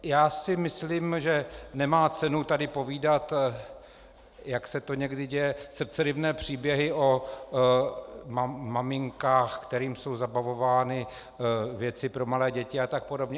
Já si myslím, že nemá cenu tady povídat, jak se to někdy děje, srdceryvné příběhy o maminkách, kterým jsou zabavovány věci pro malé děti a tak podobně.